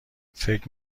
فکر